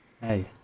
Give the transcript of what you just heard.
Hey